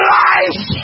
life